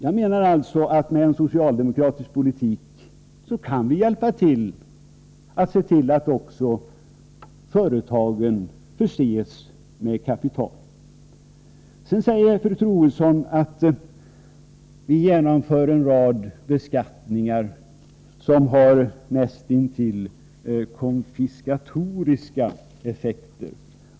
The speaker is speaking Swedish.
Jag menar alltså att med en socialdemokratisk politik kan vi hjälpa till så att också företagen förses med kapital. Sedan sade fru Troedsson att vi genomför en rad beskattningar som näst intill har konfiskatoriska effekter.